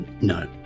No